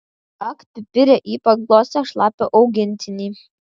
ak pipire ji paglostė šlapią augintinį